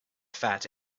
fat